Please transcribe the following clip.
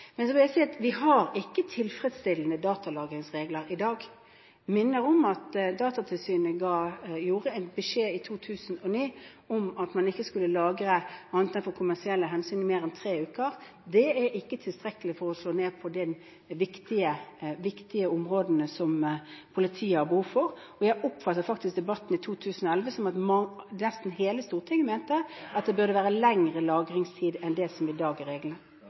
Men jeg vil si at vi har ikke tilfredsstillende datalagringsregler i dag. Jeg minner om at Datatilsynet ga en beskjed i 2009 om at man ikke skulle lagre annet enn for kommersielle hensyn i mer enn tre uker. Det er ikke tilstrekkelig for å slå ned på de viktige områdene som politiet har behov for. Jeg oppfattet faktisk debatten i 2011 slik at nesten hele Stortinget mente at det bør være lengre lagringstid enn det er etter dagens regler. Geir Pollestad – til oppfølgingsspørsmål. Det er